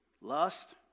Lust